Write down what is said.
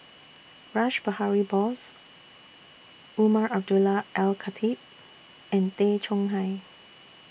Rash Behari Bose Umar Abdullah Al Khatib and Tay Chong Hai